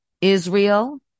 Israel